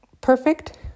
perfect